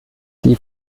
die